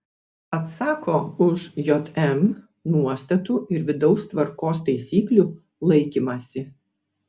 atsako už jm nuostatų ir vidaus tvarkos taisyklių laikymąsi